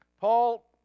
Paul